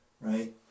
right